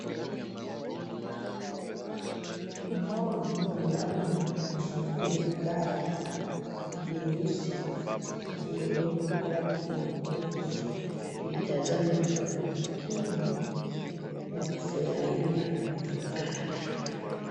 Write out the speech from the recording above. Mmoja mwanamume anaangalia gari nyeusi iliyowekwa kwa ajili ya mauzo akiitazama kwa makini na kufurahia ya gari.